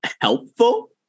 helpful